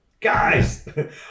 guys